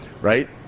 right